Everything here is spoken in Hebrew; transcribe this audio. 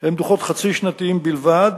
הם דוחות חצי-שנתיים בלבד,